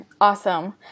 awesome